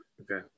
Okay